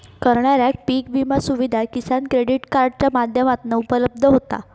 करणाऱ्याक पीक विमा सुविधा किसान क्रेडीट कार्डाच्या माध्यमातना उपलब्ध होता